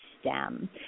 stem